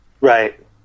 Right